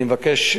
אני מבקש,